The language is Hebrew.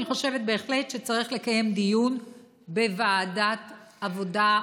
אני חושבת בהחלט שצריך לקיים דיון בוועדת העבודה,